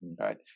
right